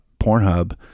Pornhub